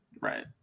right